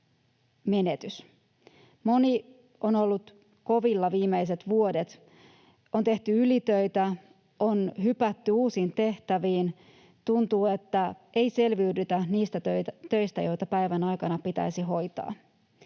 Moni on ollut kovilla viimeiset vuodet. On tehty ylitöitä. On hypätty uusiin tehtäviin. Tuntuu, että ei selviydytä niistä töistä, joita päivän aikana pitäisi hoitaa.